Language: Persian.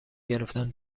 گرفتم